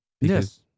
Yes